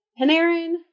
Panarin